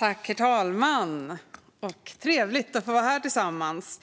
Herr talman! Trevligt att få vara här tillsammans.